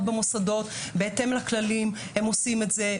במוסדות בהתאם לכללים הם עושים את זה,